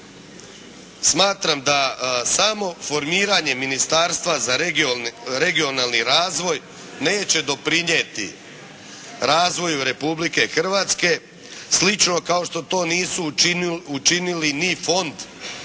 Smatram da samo formiranje Ministarstva za regionalni razvoj neće doprinijeti razvoju Republike Hrvatske slično kao što to nisu učinili ni Fond za